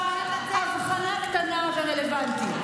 זה, ככה, אבחנה קטנה ורלוונטית.